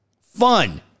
fun